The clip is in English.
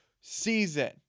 season